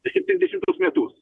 septyniasdešimtus metus